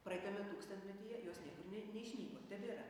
praeitame tūkstantmetyje jos niekur ne neišnyko tebėra